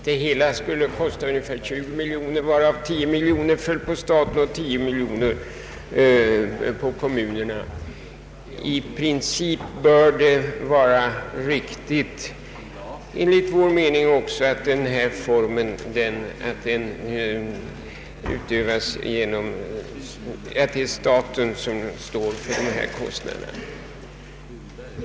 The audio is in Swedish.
Det hela skulle kosta cirka 20 miljoner kronor, varav 10 miljoner föll på staten och 10 på kommunerna. Enligt vår mening är det i princip riktigt att staten skall stå för dessa kostnader.